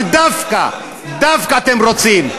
אבל דווקא, דווקא אתם רוצים.